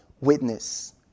witness